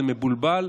זה מבולבל,